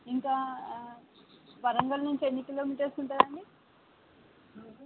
ఇంకా ఆ వరంగల్ నుంచి ఎన్ని కిలోమీటర్స్ ఉంటుంది అండి